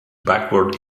backward